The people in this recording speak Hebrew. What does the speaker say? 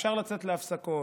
אפשר לצאת להפסקות,